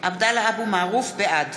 בעד